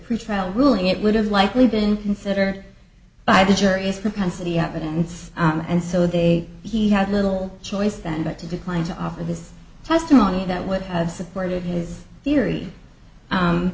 pretrial ruling it would have likely been considered by the jury is propensity evidence on and so they he had little choice then but to decline to offer his testimony that would have supported his theory